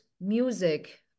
music